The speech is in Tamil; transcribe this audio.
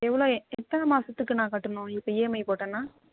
எவ்வளோ எத்தனை மாதத்துக்கு நான் கட்டணும் இப்போ இஎம்ஐ போட்டேன்னால்